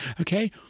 Okay